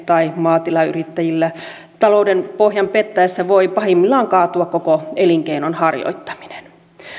tai maatilayrittäjillä talouden pohjan pettäessä voi pahimmillaan kaatua koko elinkeinon harjoittaminen